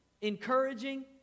encouraging